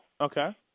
Okay